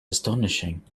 astonishing